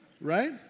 Right